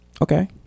Okay